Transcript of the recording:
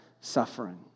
suffering